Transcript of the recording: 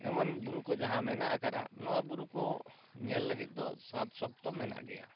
ᱮᱢᱟᱱ ᱵᱩᱨᱩ ᱠᱚ ᱡᱟᱦᱟᱸ ᱢᱮᱱᱟᱜ ᱟᱠᱟᱫᱟ ᱱᱚᱣᱟ ᱵᱩᱨᱩ ᱠᱚ ᱧᱮᱞ ᱞᱟᱹᱜᱤᱫ ᱫᱚ ᱥᱟᱫᱽ ᱥᱚᱠ ᱫᱚ ᱢᱮᱱᱟᱜ ᱜᱮᱭᱟ